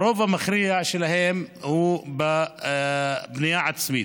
הרוב המכריע שלהן הוא בבנייה עצמית.